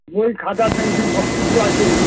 বই খাতা পেন্সিল সব কিছু আছে